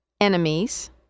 enemies